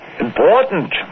Important